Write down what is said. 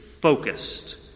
focused